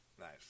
Nice